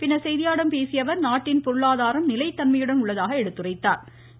பின்னர் செய்தியாளர்களிடம் பேசிய பொருளாதாரம் நிலைத்தன்மையுடன் உள்ளதாக எடுத்துரைத்தாா்